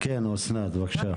כן אסנת, בבקשה.